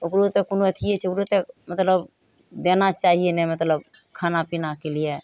ओकरो तऽ कोनो अथिए छै ओकरो तऽ मतलब देना चाहिए ने मतलब खाना पिनाके लिए